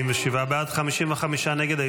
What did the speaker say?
47 בעד, 55 נגד.